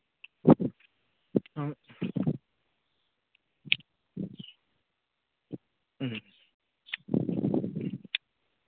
ꯎꯝ ꯎꯝ